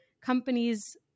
companies